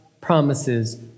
promises